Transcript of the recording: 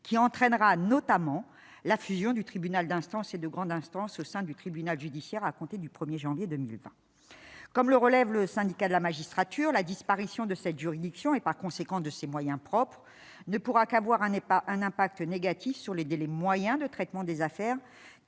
qui entraînera notamment la fusion du tribunal d'instance et de grande instance au sein du tribunal judiciaire à compter du 1er janvier 2020, comme le relève le syndicat de la magistrature, la disparition de cette juridiction, et par conséquent de ses moyens propres ne pourra qu'avoir un n'est pas un impact négatif sur le délai moyen de traitement des affaires